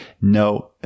No